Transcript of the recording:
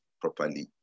properly